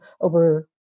over